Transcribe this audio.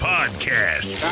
Podcast